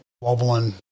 wobbling